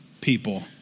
people